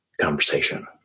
conversation